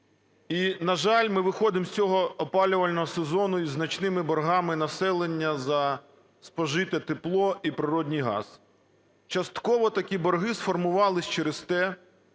і, на жаль, ми виходимо з цього опалювального сезону із значними боргами населення за спожите тепло і природний газ. Частково такі борги сформувались через те,